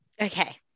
Okay